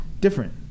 different